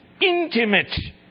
intimate